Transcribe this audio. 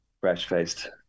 Fresh-faced